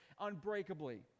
unbreakably